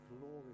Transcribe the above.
glory